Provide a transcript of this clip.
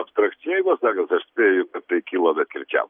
abstrakčiai pasakius aš spėju kad tai kilo medkirčiam